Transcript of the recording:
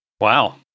Wow